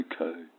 Okay